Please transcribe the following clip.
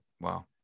Wow